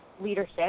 leadership